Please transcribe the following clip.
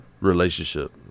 relationship